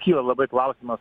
kyla labai klausimas